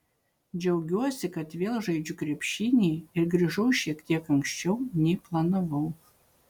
džiaugiuosi kad vėl žaidžiu krepšinį ir grįžau šiek tiek anksčiau nei planavau